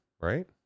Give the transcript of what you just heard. right